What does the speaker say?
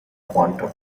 quantum